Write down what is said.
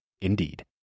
Indeed